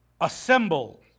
Assemble